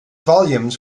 volumes